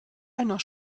einer